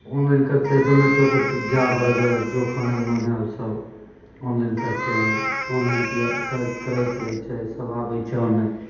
online करतै Zomato pizza burger जो खाने का मन है ओसब ऑनलाइन करते हैं ऑनलाइन किएक कर कर करै पड़ै छै ईसब आबै छै ऑनलाइन